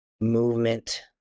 movement